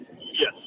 Yes